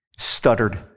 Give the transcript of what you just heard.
stuttered